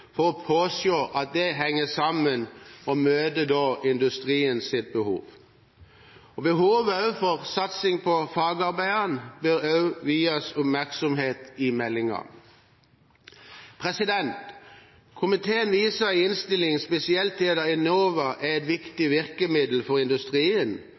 for å påse at det henger sammen og møter industriens behov. Behovet for satsing på fagarbeideren bør også vies oppmerksomhet i meldingen. Komiteen viser i innstillingen spesielt til at ENOVA er et viktig virkemiddel for industrien